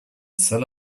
sell